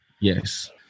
Yes